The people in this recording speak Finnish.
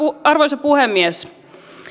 arvoisa puhemies